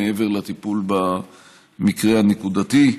מעבר לטיפול במקרה הנקודתי.